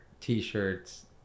t-shirts